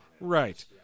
Right